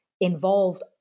involved